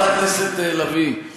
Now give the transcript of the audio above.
חברת הכנסת לביא,